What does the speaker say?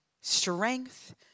strength